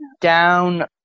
down